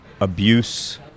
abuse